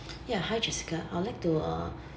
ya hi jessica I would like to uh